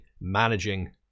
managing